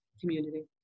community